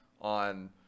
on